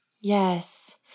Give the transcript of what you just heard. Yes